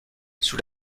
sous